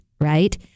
right